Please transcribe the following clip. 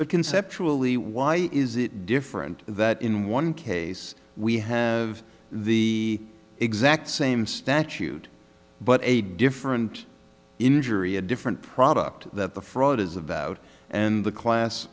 but conceptually why is it different that in one case we have the exact same statute but a different injury a different product that the fraud is about and the class